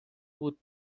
بود